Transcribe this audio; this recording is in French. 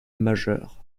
majeur